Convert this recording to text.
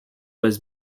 was